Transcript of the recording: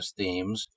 themes